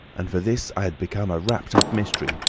and for this i had become a wrapped-up mystery,